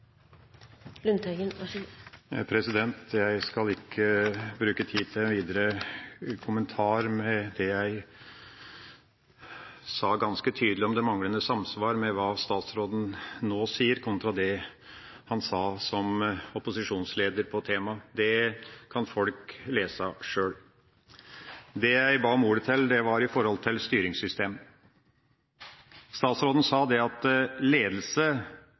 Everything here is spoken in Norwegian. Jeg skal ikke bruke tid på å kommentere det jeg ganske tydelig sa om det manglende samsvar mellom hva statsråden nå sier kontra det han sa som opposisjonsleder om temaet. Det kan folk lese sjøl. Det jeg ba om ordet til, gjelder styringssystem. Statsråden sa at ledelse var viktigst uansett styringssystem. Det er jeg helt enig i. Uansett styringssystem er det mulig å utøve bedre eller god ledelse